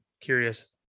curious